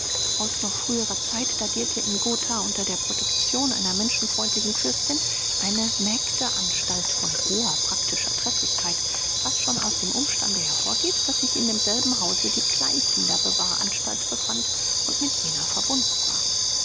aus noch früherer zeit datirte in gotha unter der protection einer menschenfreundlichen fürstin eine mägde anstalt von hoher praktischer trefflichkeit was schon aus dem umstande hervorgeht daß sich in demselben hause die kleinkinder bewahranstalt befand und mit jener verbunden war